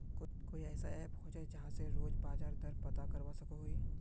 कोई ऐसा ऐप होचे जहा से रोज बाजार दर पता करवा सकोहो ही?